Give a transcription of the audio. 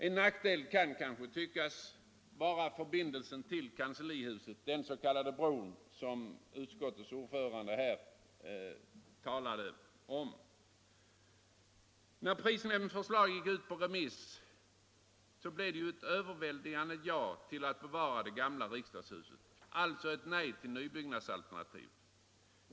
En nackdel är kanske förbindelsen till kanslihuset, alltså den bro som utskottets ordförande här talade om. När prisnämndens förslag gick ut på remiss blev resultatet ett överväldigande ja till bevarande av det gamla riksdagshuset, alltså ett nej till nybyggnadsalternativet.